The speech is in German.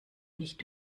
nicht